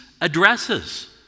addresses